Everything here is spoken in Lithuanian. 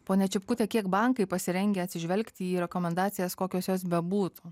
ponia čipkute kiek bankai pasirengę atsižvelgti į rekomendacijas kokios jos bebūtų